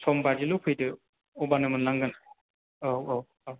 सम बादिल' फैदो अब्लानो मोनलांगोन औ औ औ